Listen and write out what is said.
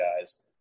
guys